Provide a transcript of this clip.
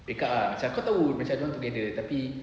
breakup ah macam kau tahu macam dorang together tapi